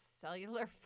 cellular